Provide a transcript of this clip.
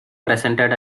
presented